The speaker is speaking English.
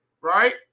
right